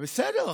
בסדר,